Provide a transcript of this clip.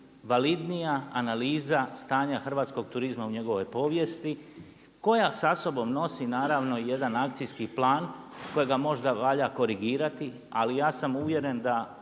najvalidnija analiza stanja hrvatskog turizma u njegovoj povijesti koja sa sobom nosi naravno i jedan akcijski plan kojega možda valja korigirati ali ja sam uvjeren da